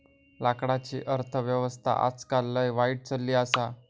लाकडाची अर्थ व्यवस्था आजकाल लय वाईट चलली आसा